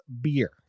beer